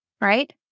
Right